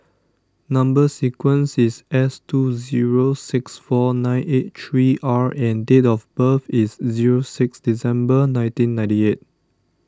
Number Sequence is S two zero six four nine eight three R and date of birth is zero six December nineteen ninety eight